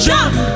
Jump